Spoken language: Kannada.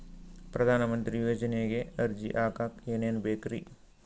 ಪ್ರಧಾನಮಂತ್ರಿ ಯೋಜನೆಗೆ ಅರ್ಜಿ ಹಾಕಕ್ ಏನೇನ್ ಬೇಕ್ರಿ?